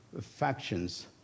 factions